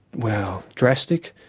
well, drastic,